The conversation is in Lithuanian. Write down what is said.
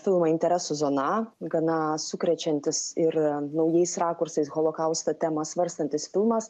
filmą interesų zona gana sukrečiantis ir naujais rakursais holokausto temą svarstantis filmas